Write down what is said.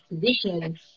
position